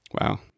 Wow